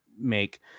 make